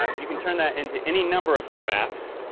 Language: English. um you can turn that into any number of crafts.